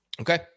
Okay